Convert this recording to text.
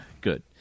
good